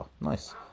Nice